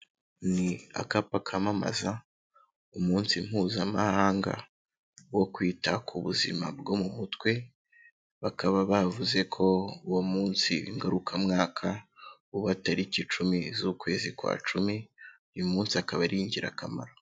Ni akapa kamamaza umunsi mpuzamahanga wo kwita ku buzima bwo mu mutwe, bakaba bavuze ko uwo munsi ngarukamwaka uba tariki icumi z'ukwezi kwa cumi, uyu munsi akaba ari ingirakamaro.